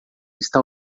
está